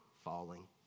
falling